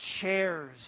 chairs